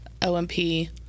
OMP